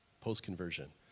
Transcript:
post-conversion